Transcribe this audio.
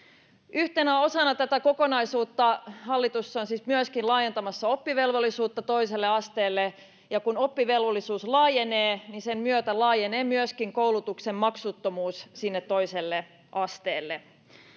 yhtenä osana tätä kokonaisuutta hallitus on siis myöskin laajentamassa oppivelvollisuutta toiselle asteelle ja kun oppivelvollisuus laajenee niin sen myötä laajenee myöskin koulutuksen maksuttomuus sinne toiselle asteelle